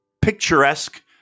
picturesque